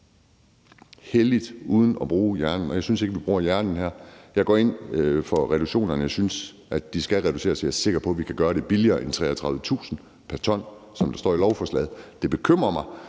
ikke, vi bruger hjernen her. Jeg går ind for reduktionerne, jeg synes, at der skal reduceres, og jeg er sikker på, at vi kan gøre det billigere end 33.000 kr. pr. t, som der står i lovforslaget. Det tal bekymrer mig,